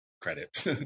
credit